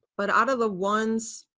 but out of the ones